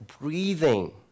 breathing